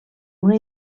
una